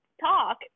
talk